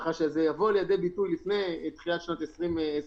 ככה שזה יבוא לידי ביטוי לפני תחילת שנת 2021,